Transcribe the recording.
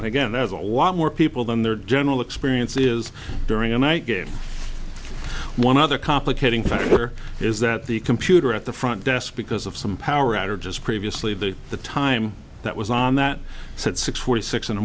as a lot more people than their general experience is during a night game one other complicating factor is that the computer at the front desk because of some power outages previously the the time that was on that said six forty six in the